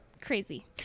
crazy